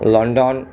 London